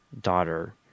daughter